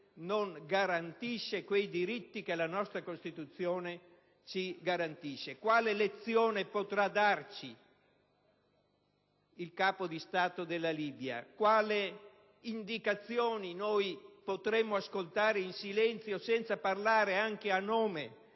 non garantisce quei diritti che la nostra Costituzione assicura. Quale lezione potrà darci il Capo di Stato della Libia? Quali indicazioni potremo ascoltare in silenzio, senza parlare anche a nome